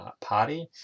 party